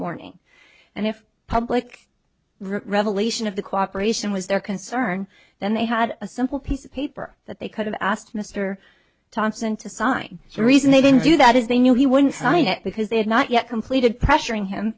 morning and if public relation of the cooperation was their concern then they had a simple piece of paper that they could have asked mr thompson to sign the reason they didn't do that is they knew he wouldn't sign it because they had not yet completed pressuring him